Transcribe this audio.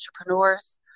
entrepreneurs